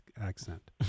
accent